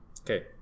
Okay